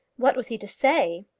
what was he to say?